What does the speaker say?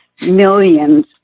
millions